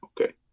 okay